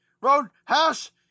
roadhouse